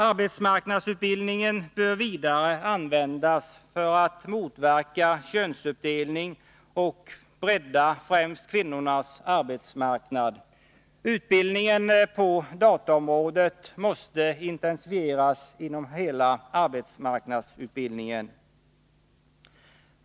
Arbetsmarknadsutbildningen bör vidare användas för att motverka könsuppdelning och för att bredda främst kvinnornas arbetsmarknad. Utbildningen på dataområdet måste intensifieras inom hela arbetsmarknadsutbildningen.